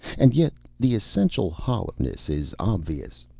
and yet, the essential hollowness is obvious.